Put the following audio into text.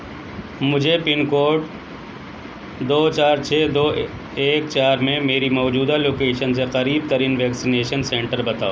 مجھے pin code دو چار چھ دو ایک چار میں میری موجودہ لوکیشن سے قریب ترین ویکسینیشن سینٹر بتاؤ